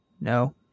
No